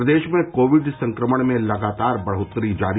प्रदेश में कोविड संक्रमण में लगातार बढ़ोत्तरी जारी